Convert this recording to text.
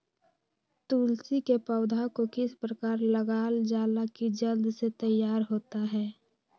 तुलसी के पौधा को किस प्रकार लगालजाला की जल्द से तैयार होता है?